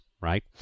right